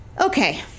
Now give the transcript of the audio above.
Okay